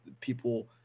people